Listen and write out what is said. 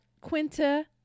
Quinta